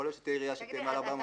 יכול להיות שתהיה עירייה שהיא --- אתה